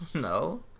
no